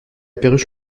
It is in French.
perruche